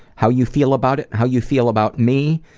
how you feel about it, how you feel about me,